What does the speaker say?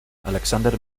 alexander